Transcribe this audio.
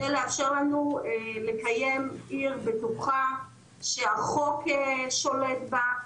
כדי לאפשר לנו לקיים עיר בטוחה שהחוק שולט בה,